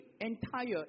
entire